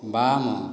ବାମ